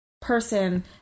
person